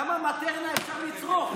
כמה מטרנה אפשר לצרוך?